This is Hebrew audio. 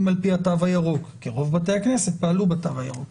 על פי התו הירוק כי רוב בתי הכנסת פעלו לפי התו הירוק.